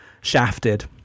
shafted